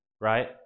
right